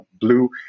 blue